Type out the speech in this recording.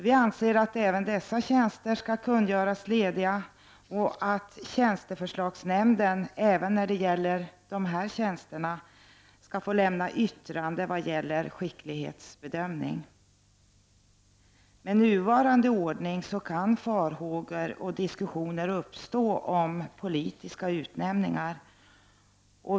Vi anser att även dessa tjänster skall kungöras lediga och att tjänsteförslagsnämnden även när det gäller dessa tjänster skall få göra en skicklighetsbedömning. Med nuvarande ordning kan farhågor och diskussioner uppstå om politiska utnämningar.